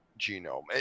genome